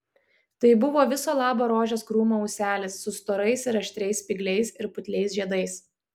tai buvo viso labo rožės krūmo ūselis su storais ir aštrias spygliais ir putliais žiedais